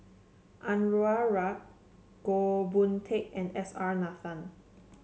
Anwarul Haque Goh Boon Teck and S R Nathan